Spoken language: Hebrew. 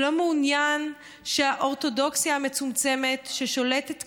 שלא מעוניין שהאורתודוקסיה המצומצמת ששולטת כאן,